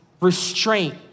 restraint